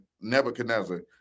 Nebuchadnezzar